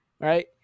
right